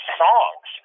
songs